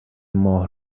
ماه